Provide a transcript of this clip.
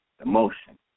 emotion